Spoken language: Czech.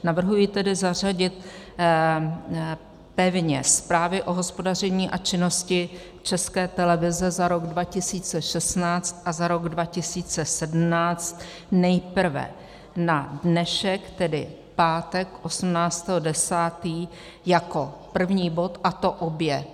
Navrhuji tedy zařadit pevně zprávy o hospodaření a činnosti České televize za rok 2016 a za rok 2017 nejprve na dnešek, tedy pátek 18. 10., jako první bod, a to obě.